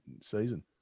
season